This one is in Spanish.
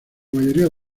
mayoría